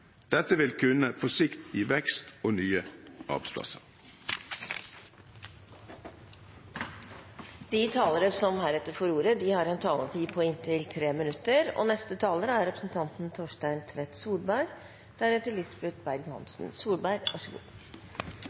Dette vil på sikt kunne gi vekst og nye arbeidsplasser. De talere som heretter får ordet, har en taletid på inntil 3 minutter.